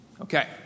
Okay